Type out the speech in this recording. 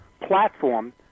platform